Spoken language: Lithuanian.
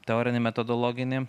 teorinį metodologinį